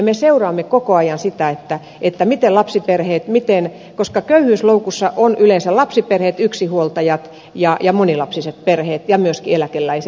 me seuraamme koko ajan sitä että itä mitä lapsiperheet miten koska köyhyysloukussa ovat yleensä lapsiperheet yksinhuoltajat ja monilapsiset perheet ja myöskin eläkeläiset